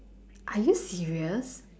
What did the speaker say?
are you serious